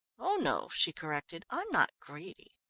oh no, she corrected. i'm not greedy.